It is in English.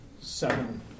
seven